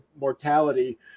mortality